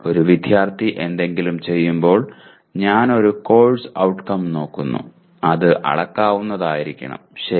ഒരു വിദ്യാർത്ഥി എന്തെങ്കിലും ചെയ്യുമ്പോൾ ഞാൻ ഒരു കോഴ്സ് ഔട്ട്കം നോക്കുന്നു അത് അളക്കാവുന്നതായിരിക്കണം ശരി